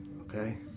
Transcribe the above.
Okay